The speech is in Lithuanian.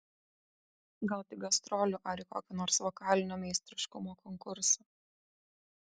gal tik gastrolių ar į kokį nors vokalinio meistriškumo konkursą